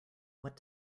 what